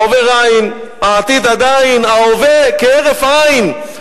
העבר אין, העתיד עדיין, ההווה כהרף עין.